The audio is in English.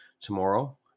tomorrow